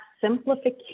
simplification